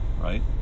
right